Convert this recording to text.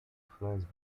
influenced